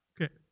okay